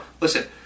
Listen